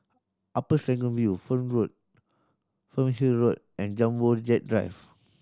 Upper Serangoon View Fern Road Fernhill Road and Jumbo Jet Drive